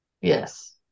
Yes